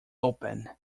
open